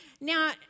Now